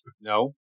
No